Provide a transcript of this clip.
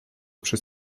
przez